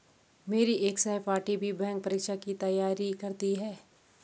मेरी एक सहपाठी भी बैंक परीक्षा की ही तैयारी करती है